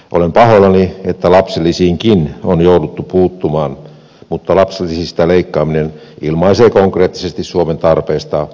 olen pahoillani että lapsilisiinkin on jouduttu puuttumaan mutta lapsilisistä leikkaaminen ilmaisee konkreettisesti suomen tarpeesta sopeuttaa